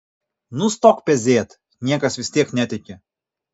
nustok pezėt niekas vis tiek netiki